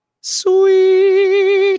sweet